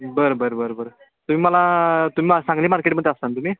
बरं बरं बरं बरं तुम्ही मला तुम्ही मग सांगली मार्केटमध्ये असता ना तुम्ही